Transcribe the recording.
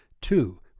Two